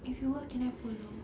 if you work can I follow